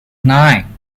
nine